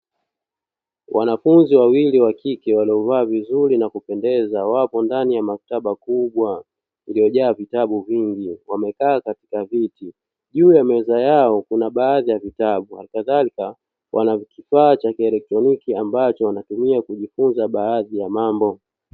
Wanafunzi wawili wa kike waliovaa vizuri na kupendeza wapo ndani ya maktaba kubwa iliyojaa vitabu vingi, wamekaa katika viti. Juu ya meza yao kuna baadhi ya vitabu nakadhalika wanakifaa cha kielektroniki ambacho wanatumia kujifunza baadhi ya mambo.